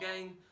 again